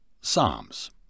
psalms